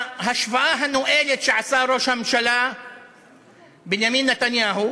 להשוואה הנואלת שעשה ראש הממשלה בנימין נתניהו